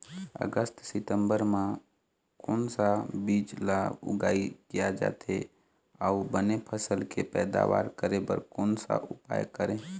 अगस्त सितंबर म कोन सा बीज ला उगाई किया जाथे, अऊ बने फसल के पैदावर करें बर कोन सा उपाय करें?